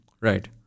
Right